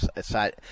side